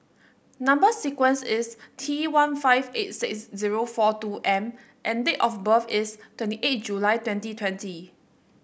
number sequence is T one five eight six zero four two M and date of birth is twenty eight July twenty twenty